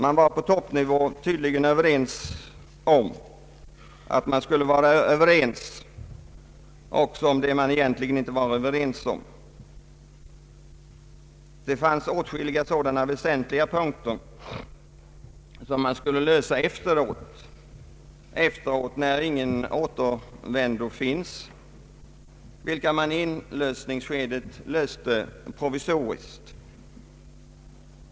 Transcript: Man var på toppnivå tydligen ense om att man skulle vara överens också om det man egentligen inte var överens om. Det fanns åtskilliga sådana mycket väsentliga punkter som man skulle lösa efteråt, när ingen återvändo fanns, vilka i inledningsskedet lösts provisoriskt.